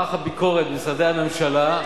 מערך הביקורת במשרדי הממשלה,